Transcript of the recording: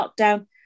lockdown